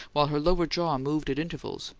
while her lower jaw moved at intervals,